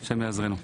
ה' יעזרנו.